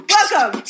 Welcome